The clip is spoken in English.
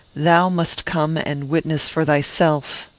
thou must come, and witness for thyself.